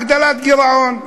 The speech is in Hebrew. הגדלת גירעון.